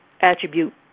attribute